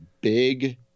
big